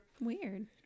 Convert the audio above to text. Weird